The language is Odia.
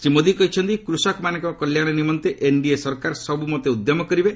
ଶ୍ରୀ ମୋଦି କହିଛନ୍ତି କୃଷକମାନଙ୍କ କଲ୍ୟାଣ ନିମନ୍ତେ ଏନ୍ଡିଏ ସରକାର ସବୁମତେ ଉଦ୍ୟମ କରିବେ